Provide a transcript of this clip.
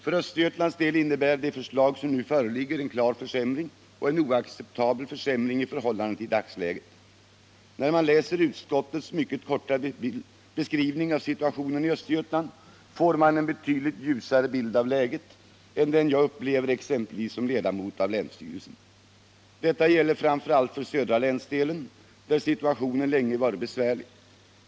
För Östergötlands del innebär de förslag som nu föreligger en klar försämring — och en oacceptabel försämring — i förhållande till dagsläget. När man läser utskottets mycket korta beskrivning av situationen i Östergötland får man en betydligt ljusare bild av läget än der. jag upplever exempelvis som ledamot av länsstyrelsen. Detta gäller framför allt för södra länsdelen, där situationen länge varit besvärlig.